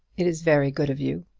it is very good of you.